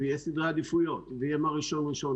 יהיו סדרי עדיפויות ויהיה מה ראשון ראשון,